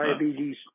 diabetes